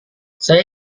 saya